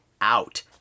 out